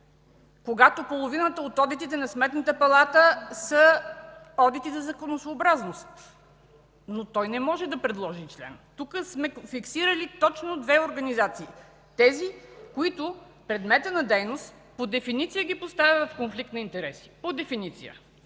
когато половината от одитите на Сметната палата са одити за законосъобразност? Той обаче не може да предложи член. Тук сме фиксирали точно две организации – тези, на които предметът на дейност, по дефиниция ги поставя в конфликт на интереси. По дефиниция!